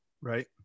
Right